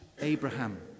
Abraham